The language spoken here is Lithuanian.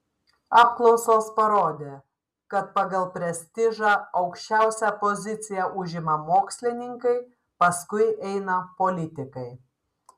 apklausos parodė kad pagal prestižą aukščiausią poziciją užima mokslininkai paskui eina politikai